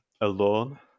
alone